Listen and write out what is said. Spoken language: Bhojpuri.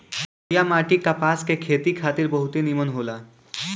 करिया माटी कपास के खेती खातिर बहुते निमन होला